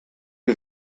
die